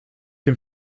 dem